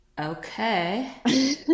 Okay